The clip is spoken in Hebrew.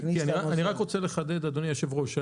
אני רק רוצה לחדד אדוני היושב-ראש,